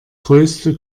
größte